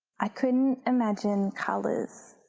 i couldn't imagine colours.